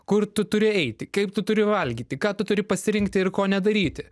kur tu turi eiti kaip tu turi valgyti ką tu turi pasirinkti ir ko nedaryti